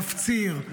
מפציר,